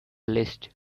list